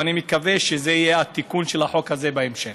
ואני מקווה שזה יהיה בתיקון של החוק הזה בהמשך.